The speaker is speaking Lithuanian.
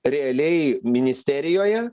realiai ministerijoje